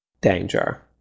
danger